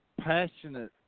passionate